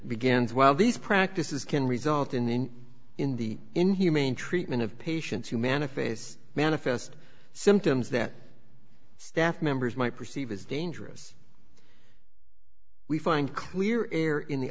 begins well these practice is can result in in the inhumane treatment of patients humana face manifest symptoms that staff members might perceive as dangerous we find clear air in the